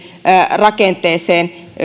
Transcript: rakenteeseen